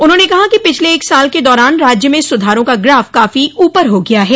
उन्होंने कहा कि पिछले एक साल के दौरान राज्य में सुधारों का ग्राफ काफी ऊपर हो गया है